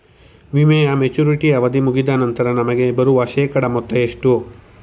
ವಿಮೆಯ ಮೆಚುರಿಟಿ ಅವಧಿ ಮುಗಿದ ನಂತರ ನಮಗೆ ಬರುವ ಶೇಕಡಾ ಮೊತ್ತ ಎಷ್ಟು?